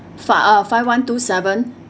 fi~ uh five one two seven